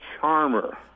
Charmer